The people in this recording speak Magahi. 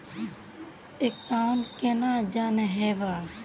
अकाउंट केना जाननेहव?